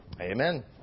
Amen